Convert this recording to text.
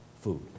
food